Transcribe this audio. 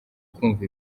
kumva